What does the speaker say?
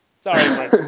Sorry